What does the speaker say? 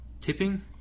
Tipping